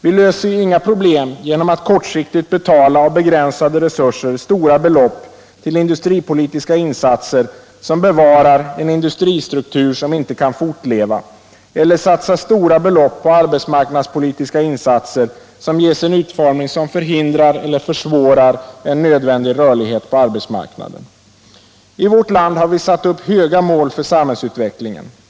Vi löser inga problem genom att av begränsade resurser kortsiktigt betala stora belopp till industripolitiska insatser som bevarar en industristruktur som inte kan fortleva eller satsa miljardbelopp på arbetsmarknadspolitiska insatser som ges en utformning som förhindrar eller försvårar en nödvändig rörlighet på arbetsmarknaden. I vårt land har vi satt upp höga mål för samhällsutvecklingen.